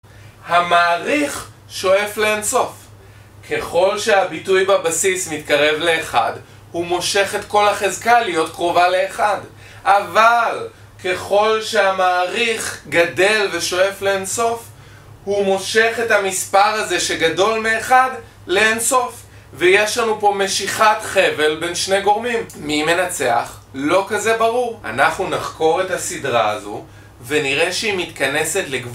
המעריך שואף לאינסוף. ככל שהביטוי בבסיס מתקרב לאחד, הוא מושך את כל החזקה להיות קרובה לאחד, אבל ככל שהמעריך גדל ושואף לאינסוף, הוא מושך את המספר הזה שגדול מאחד לאינסוף, ויש לנו פה משיכת חבל בין שני גורמים. מי מנצח? לא כזה ברור. אנחנו נחקור את הסדרה הזו ונראה שהיא מתכנסת לגבול